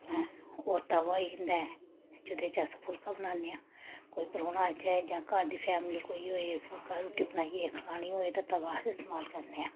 ऐं होर तवा होई जंदा ऐ जेह्दे अस फुलका बनाने आं कोई परौह्ना आई जाए जां घर दी फैमली कोई होए फुलका रोटी बनाइयै खलानी होऐ ते तवा अस इस्तमाल करने आं